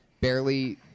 barely